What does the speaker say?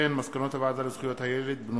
מסקנות הוועדה לזכויות הילד בעקבות דיון מהיר